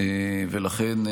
ולכן,